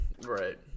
right